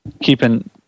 keeping